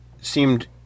seemed